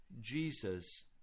Jesus